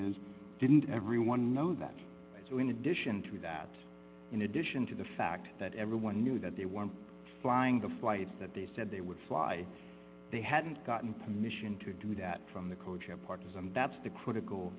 is didn't everyone know that in addition to that in addition to the fact that everyone knew that they weren't flying the flights that they said they would fly they hadn't gotten permission to do that from the co chair partners and that's the critical